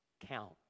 count